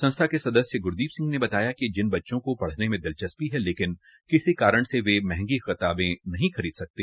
संस्था के सदस्य ग्रदीप सिंह ने बताया कि जिन बच्चों को पढऩे में दिलचस्पी है लेकिन किसी कारण से वे महंगी किताबें नहीं खरीद सकते